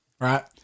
right